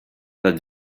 that